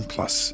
Plus